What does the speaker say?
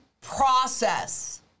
process